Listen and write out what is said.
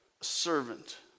servant